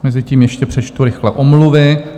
Mezitím ještě přečtu rychle omluvy.